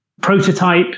prototype